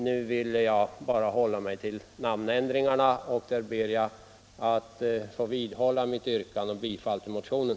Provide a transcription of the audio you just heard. Nu, herr talman, vill jag hålla mig till namnändringarna, och jag ber att få vidhålla mitt yrkande om bifall till motionen.